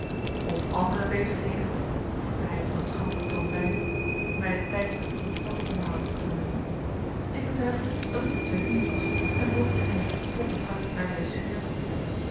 of andere bezigheden voegde hij er op een schamperen toon bij mij den tijd tot een kort onderhoud vergunden ik betuigde dat ik tot zijn dienst was en volgde hem met een kloppend hart naar zijn